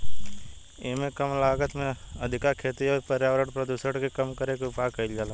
एइमे कम लागत में अधिका खेती अउरी पर्यावरण प्रदुषण के कम करे के उपाय कईल जाला